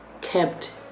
kept